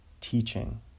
teaching